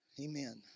Amen